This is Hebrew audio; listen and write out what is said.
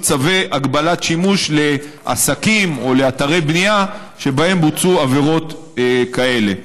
צווי הגבלת שימוש לעסקים או לאתרי בנייה שבהם בוצעו עבירות כאלה.